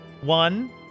one